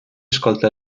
escolta